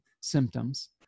symptoms